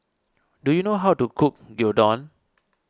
do you know how to cook Gyudon